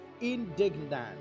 indignant